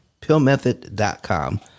Pillmethod.com